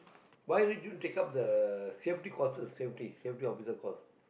why will you take up the safety courses safety safety officer course